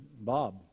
Bob